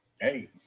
Hey